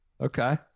Okay